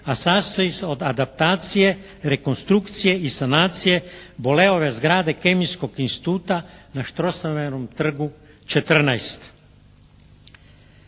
a sastoji se od adaptacije, rekonstrukcije i sanacije boleove zgrade kemijskog instituta na Strossmayerovom trgu 14.